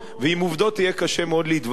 ועם עובדות יהיה קשה מאוד להתווכח,